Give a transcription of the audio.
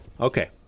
Okay